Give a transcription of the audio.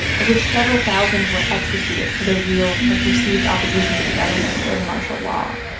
of which several thousand were executed for their real or perceived opposition to the government during martial law.